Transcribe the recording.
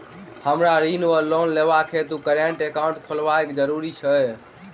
हमरा ऋण वा लोन लेबाक हेतु करेन्ट एकाउंट खोलेनैय जरूरी छै?